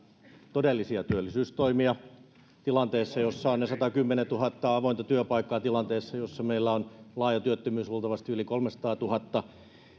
todellisia työllisyystoimia tilanteessa jossa on ne satakymmentätuhatta avointa työpaikkaa tilanteessa jossa meillä on laaja työttömyys luultavasti yli kolmesataatuhatta